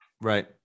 right